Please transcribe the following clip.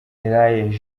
jean